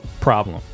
problem